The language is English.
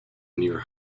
near